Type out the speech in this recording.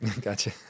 gotcha